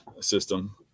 system